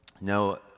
No